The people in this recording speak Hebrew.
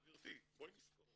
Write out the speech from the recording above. גבירתי, בואי נזכור